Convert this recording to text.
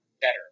better